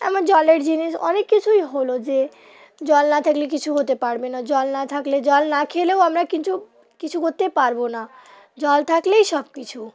এমন জলের জিনিস অনেক কিছুই হলো যে জল না থাকলে কিছু হতে পারবে না জল না থাকলে জল না খেলেও আমরা কিছু কিছু করতে পারবো না জল থাকলেই সব কিছু